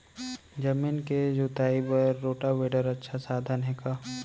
जमीन के जुताई बर रोटोवेटर अच्छा साधन हे का?